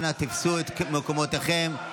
אנא תפסו את מקומותיכם.